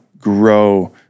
grow